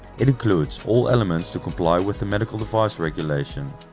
it includes all elements to comply with the medical device regulation,